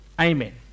Amen